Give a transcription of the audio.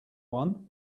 one